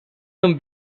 them